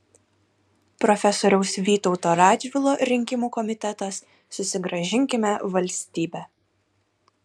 profesoriaus vytauto radžvilo rinkimų komitetas susigrąžinkime valstybę